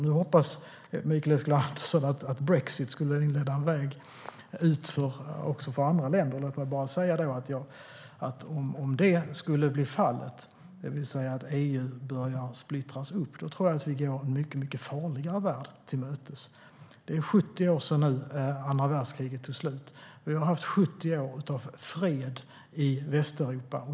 Nu hoppas Mikael Eskilandersson att Brexit skulle inleda en väg ut också för andra länder. Låt mig bara säga att om det skulle bli fallet, det vill säga att EU börjar splittras upp, tror jag att vi går en mycket farligare värld till mötes. Det är nu 70 år sedan andra världskriget tog slut. Vi har haft 70 år av fred i Västeuropa.